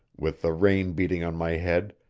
with the rain beating on my head,